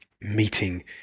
meeting